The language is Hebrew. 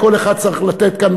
כל אחד צריך לתת כאן,